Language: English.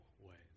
ways